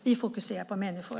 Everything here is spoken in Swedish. Vi fokuserar på människor.